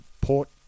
Port